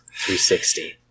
360